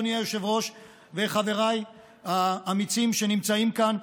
אדוני היושב-ראש וחבריי האמיצים שנמצאים כאן,